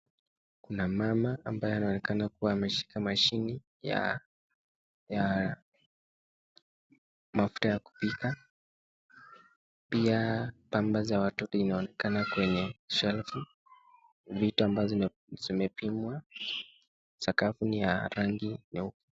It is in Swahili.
Kuna mama ambaye anaonekana kuwa ameshika mashine ya mafuta ya kupika. Pia pampa za watoto zinaonekana kwenye shelfu, vitu ambazo zimepimwa. Sakafu ni ya rangi nyeupe.